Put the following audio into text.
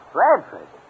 Bradford